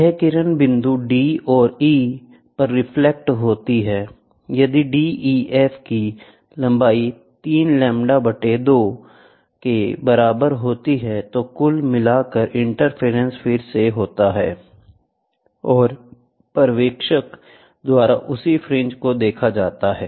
यह किरण बिंदु d और e पर रिफ्लेक्ट होती है यदि def की लंबाई 3 λ 2 के बराबर होती है तो कुल मिलाकर इंटरफेरेंस फिर से होता है और पर्यवेक्षक द्वारा उसी फ्रिंज को देखा जाता है